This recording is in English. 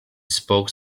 spoke